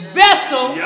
vessel